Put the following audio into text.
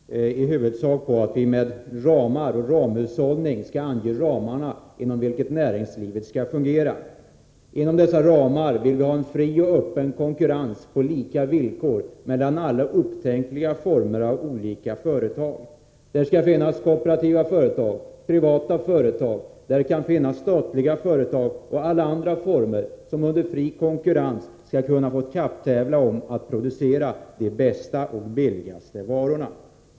Fru talman! Moderat näringspolitik bygger i huvudsak på att man med ramar och ramhushållning skall ange de gränser inom vilka näringslivet skall fungera. Inom dessa ramar vill vi ha en fri och öppen konkurrens på lika villkor mellan alla upptänkliga former av företag. Det skall finnas kooperativa företag och privata företag. Det kan finnas statliga företag och alla möjliga andra former som under fri konkurrens skall kunna tävla om att producera de bästa och billigaste varorna.